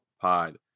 pod